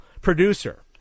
producer